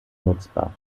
nutzbar